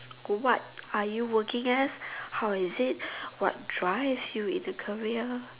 what are you working as how is it what drives you into career